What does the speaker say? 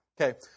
Okay